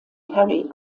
harry